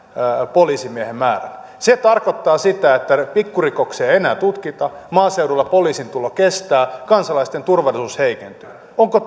poliisimiehen määrään se tarkoittaa sitä että pikkurikoksia ei enää tutkita maaseudulla poliisin tulo kestää kansalaisten turvallisuus heikentyy onko